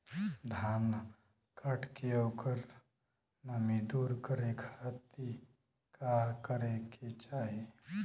धान कांटेके ओकर नमी दूर करे खाती का करे के चाही?